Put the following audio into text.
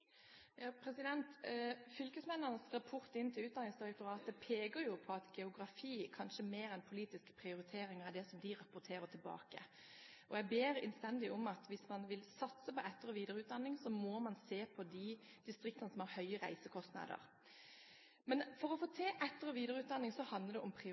Utdanningsdirektoratet peker kanskje mer på geografi enn på politiske prioriteringer – det er det som rapporteres tilbake. Jeg ber innstendig om at hvis man vil satse på etter- og videreutdanning, må man se på de distriktene som har høye reisekostnader. Å få til etter- og videreutdanning handler om prioritering og om